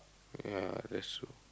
ya that's true